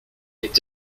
est